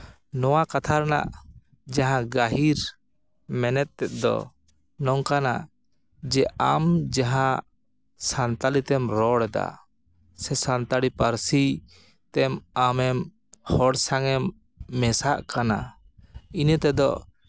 ᱱᱚᱣᱟ ᱠᱟᱛᱷᱟ ᱨᱮᱱᱟᱜ ᱡᱟᱦᱟᱸ ᱜᱟᱹᱦᱤᱨ ᱢᱮᱱᱮᱫ ᱛᱮᱫ ᱫᱚ ᱱᱚᱝᱠᱟᱱᱟ ᱡᱮ ᱟᱢ ᱡᱟᱦᱟᱸ ᱥᱟᱱᱛᱟᱲᱤ ᱛᱮᱢ ᱨᱚᱲᱫᱟ ᱥᱮ ᱥᱟᱱᱛᱟᱲᱤ ᱯᱟᱹᱨᱥᱤ ᱛᱮ ᱟᱢᱮᱢ ᱦᱚᱲ ᱥᱟᱝ ᱮᱢ ᱢᱮᱥᱟᱜ ᱠᱟᱱᱟ ᱤᱱᱟᱹ ᱛᱮᱫᱚ